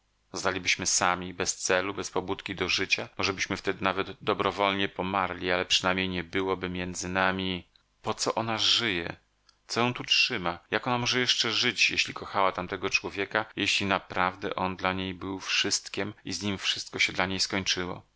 zostalibyśmy sami bez celu bez pobudki do życia możebyśmy wtedy nawet dobrowolnie pomarli ale przynajmniej nie byłoby między nami po co ona żyje co ją tu trzyma jak ona może jeszcze żyć jeśli kochała tamtego człowieka i jeśli naprawdę on dla niej był wszystkiem i z nim wszystko się dla niej skończyło